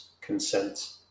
consent